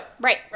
Right